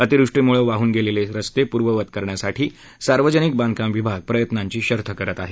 अतिवृष्टीमुळे वाहून गेलेले रस्ते पूर्ववत करण्यासाठी सार्वजनिक बांधकाम विभाग प्रयत्नांची शर्थ करत आहे